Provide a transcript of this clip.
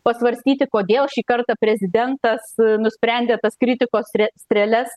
pasvarstyti kodėl šį kartą prezidentas nusprendė tas kritikos strėles